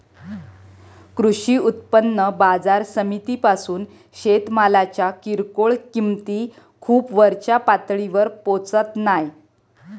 कृषी उत्पन्न बाजार समितीपासून शेतमालाच्या किरकोळ किंमती खूप वरच्या पातळीवर पोचत नाय